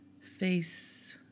face